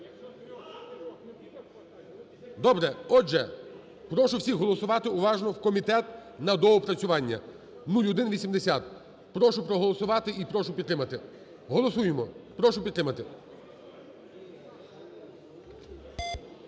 Добре. Отже, прошу всіх голосувати уважно в комітет на доопрацювання 0180. Прошу проголосувати і прошу підтримати. Голосуємо. Прошу підтримати.